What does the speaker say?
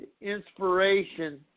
inspiration